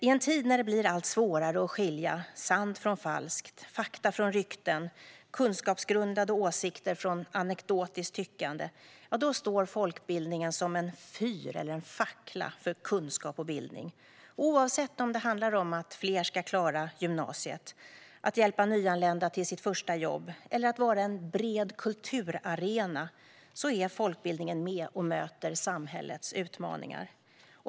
I en tid när det blir allt svårare att skilja sant från falskt, fakta från rykten och kunskapsgrundade åsikter från anekdotiskt tyckande står folkbildningen som en fyr eller en fackla för kunskap och bildning. Oavsett om det handlar om att fler ska klara gymnasiet, att hjälpa nyanlända till sitt första jobb eller att vara en bred kulturarena är folkbildningen med och möter samhällets utmaningar.